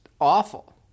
awful